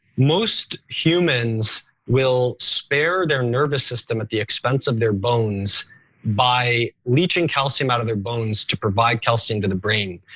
most humans will spare their nervous system at the expense of their bones by leeching calcium out of their bones to provide calcium to the brain.